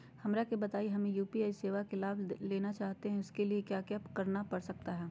हमरा के बताइए हमें यू.पी.आई सेवा का लाभ लेना चाहते हैं उसके लिए क्या क्या करना पड़ सकता है?